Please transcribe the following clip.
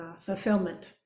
fulfillment